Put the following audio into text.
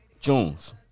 Jones